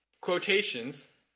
quotations